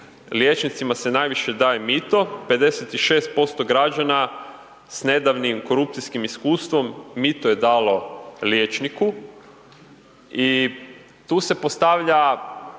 liječnicima se daje mito, 56% građana s nedavnim korupcijskim iskustvom, mito je dalo liječniku i tu se postavlja